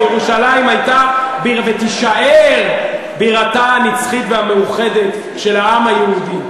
וירושלים הייתה ותישאר בירתו הנצחית והמאוחדת של העם היהודי.